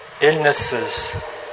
illnesses